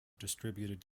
distributed